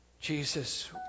Jesus